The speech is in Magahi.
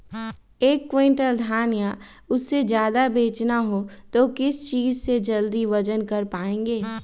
एक क्विंटल धान या उससे ज्यादा बेचना हो तो किस चीज से जल्दी वजन कर पायेंगे?